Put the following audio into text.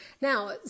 Now